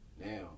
now